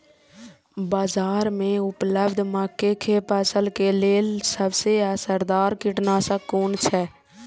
बाज़ार में उपलब्ध मके के फसल के लेल सबसे असरदार कीटनाशक कुन छै?